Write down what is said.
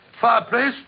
fireplace